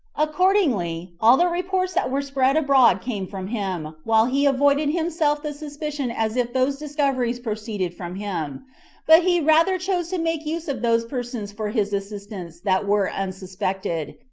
accordingly, all the reports that were spread abroad came from him, while he avoided himself the suspicion as if those discoveries proceeded from him but he rather chose to make use of those persons for his assistants that were unsuspected,